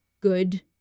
good –